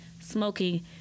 smoking